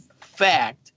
fact